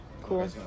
cool